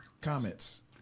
Comments